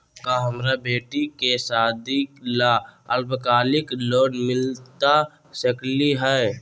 का हमरा बेटी के सादी ला अल्पकालिक लोन मिलता सकली हई?